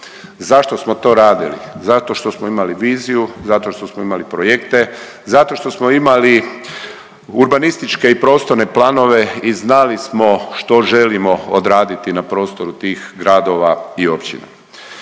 Zašto smo to radili? Zato što smo imali viziju, zato što smo imali projekte, zato što smo imali urbanističke i prostorne planove i znali smo što želimo odraditi na prostoru tih gradova i općina.